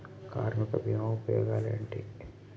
కార్మిక బీమా ఉపయోగాలేంటి?